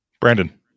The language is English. Brandon